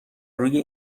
روی